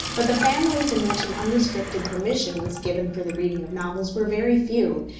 but the families in which an unrestricted permission was given for the reading of novels were very few,